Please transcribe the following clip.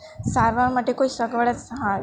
સારવાર માટે કોઈ સગવડ જ હા